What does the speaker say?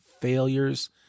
failures